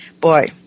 Boy